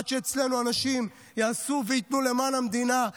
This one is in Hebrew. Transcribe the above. עד שאצלנו אנשים יעשו וייתנו למען המדינה,